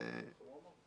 זה לא דבר נכון.